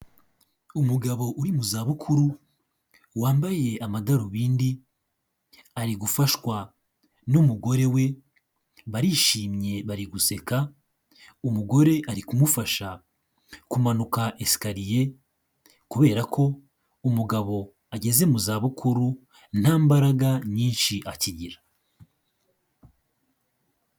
Umugabo uri mu zabukuru wambaye amadarubindi, ari gufashwa n'umugore we barishimye bari guseka, umugore ari kumufasha kumanuka esikariye kubera ko umugabo ageze mu zabukuru nta mbaraga nyinshi akigira.